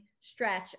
Stretch